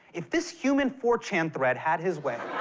if this human four chan thread had his way,